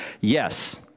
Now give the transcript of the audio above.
Yes